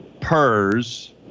PERS